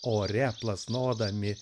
ore plasnodami